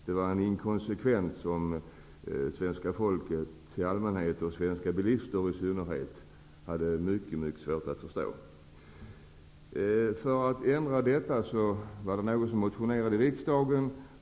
Det var en inkonsekvens som svenska folket i allmänhet och svenska bilister i synnerhet hade mycket svårt att förstå. För att ändra på detta motionerades det i riksdagen.